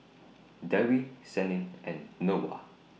Dewi Senin and Noah